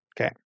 Okay